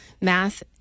math